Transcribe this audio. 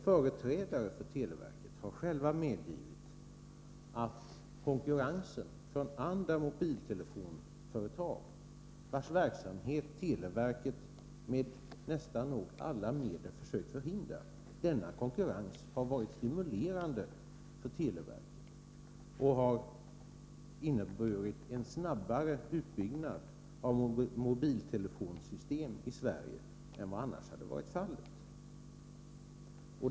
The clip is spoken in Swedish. Företrädare för televerket har själva medgivit att konkurrensen från andra mobiltelefonföretag, vilkas verksamhet televerket med nära nog alla medel försökt förhindra, har varit stimulerande för televerket och inneburit snabbare uppbyggnad av mobiltelefonsystem i Sverige än vad som annars hade varit fallet.